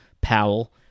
Powell